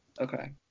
Okay